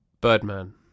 Birdman